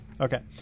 Okay